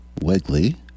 Wegley